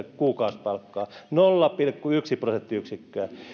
kuukausipalkkaa nolla pilkku yksi prosenttiyksikköä